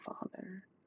father